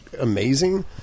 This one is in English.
amazing